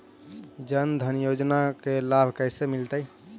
जन धान योजना के लाभ कैसे मिलतै?